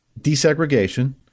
desegregation